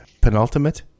penultimate